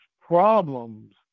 problems